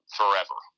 forever